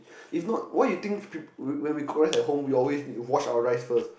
if not why you think people when we cook rice at home we always wash our rice first